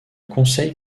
conseil